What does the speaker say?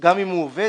גם אם הוא עובד